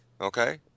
okay